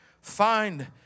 Find